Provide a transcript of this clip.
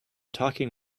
talking